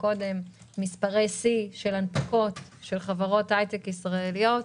מספרי שיא של הנפקות של חברות הייטק ישראליות,